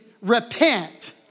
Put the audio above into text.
repent